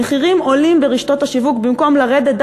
המחירים עולים ברשתות השיווק במקום לרדת,